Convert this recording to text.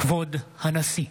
כבוד הנשיא!